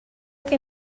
que